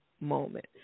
moment